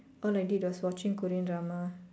all I did was watching Korean drama